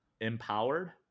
empowered